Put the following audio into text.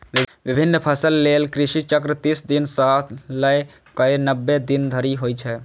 विभिन्न फसल लेल कृषि चक्र तीस दिन सं लए कए नब्बे दिन धरि होइ छै